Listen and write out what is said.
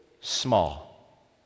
small